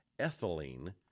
ethylene